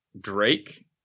Drake